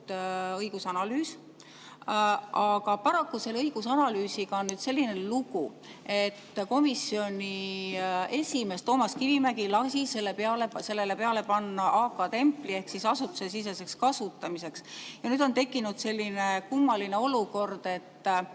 õigusanalüüs. Aga paraku selle õigusanalüüsiga on selline lugu, et komisjoni esimees Toomas Kivimägi lasi sellele peale panna AK‑templi ehk "Asutusesiseseks kasutamiseks". Ja nüüd on tekkinud selline kummaline olukord, et